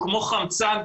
כחלק מאותה האצלת סמכויות,